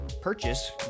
purchase